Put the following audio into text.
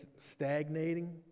stagnating